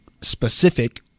specific